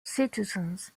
citizens